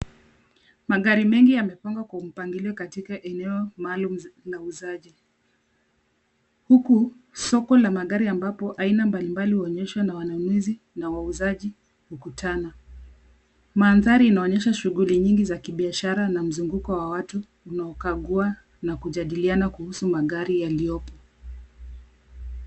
Magari mengi yamepangwa kwa mpangilio katika eneo maalum la uuzaji. Huku, soko la magari ambapo aina mbalimbali huonyeshwa na wanunuzi na wauzaji hukutana. Mandhari inaonyesha shughuli nyingi za kibiashara na mzunguko wa watu wanaokagua na kujadiliana kuhusu magari yaliyopo.